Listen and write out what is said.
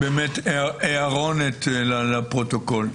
הערונת לפרוטוקול.